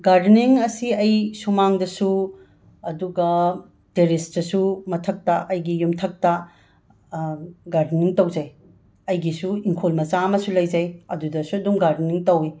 gardening ꯑꯁꯤ ꯑꯩ ꯁꯨꯃꯥꯡꯗꯁꯨ ꯑꯗꯨꯒ ꯇꯦꯔꯦꯁꯇꯁꯨ ꯃꯊꯛꯇ ꯑꯩꯒꯤ ꯌꯨꯝꯊꯛꯇ ꯒꯥꯔꯗꯦꯅꯤꯡ ꯇꯧꯖꯩ ꯑꯩꯒꯤꯁꯨ ꯏꯪꯈꯣꯜ ꯃꯆꯥ ꯑꯃꯁꯨ ꯂꯩꯖꯩ ꯑꯗꯨꯗꯁꯨ ꯑꯗꯨꯝ ꯒꯥꯔꯗꯦꯅꯤꯡ ꯇꯧꯏ